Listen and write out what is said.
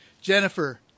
Jennifer